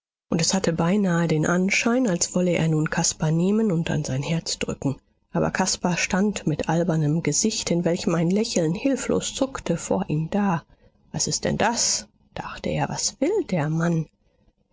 und es hatte beinahe den anschein als wolle er nun caspar nehmen und an sein herz drücken aber caspar stand mit albernem gesicht in welchem ein lächeln hilflos zuckte vor ihm da was ist denn das dachte er was will der mann